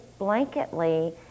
blanketly